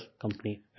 company